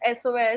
sos